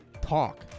talk